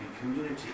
community